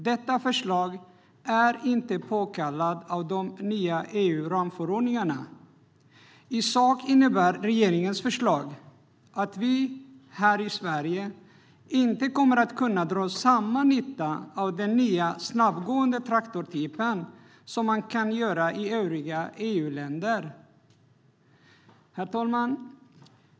Detta förslag är inte påkallat av de nya EU-ramförordningarna. I sak innebär regeringens förslag att vi här i Sverige inte kommer att kunna dra samma nytta av den nya snabbgående traktortypen som man kan i övriga EU-länder.